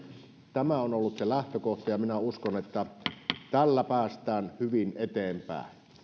tämä on ollut se lähtökohta ja minä uskon että tällä päästään hyvin eteenpäin